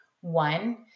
One